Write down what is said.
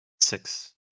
Six